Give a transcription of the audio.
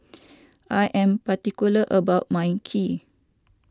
I am particular about my Kheer